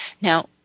Now